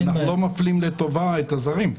אנחנו לא מפלים לטובה את הזרים.